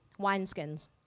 wineskins